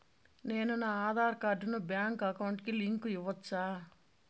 నేను నా ఆధార్ కార్డును బ్యాంకు అకౌంట్ కి లింకు ఇవ్వొచ్చా?